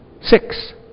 Six